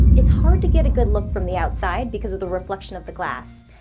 it's hard to get a good look from the outside, because of the reflection of the glass,